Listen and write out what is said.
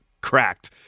cracked